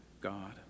God